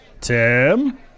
Tim